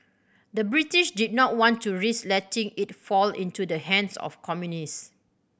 the British did not want to risk letting it fall into the hands of communists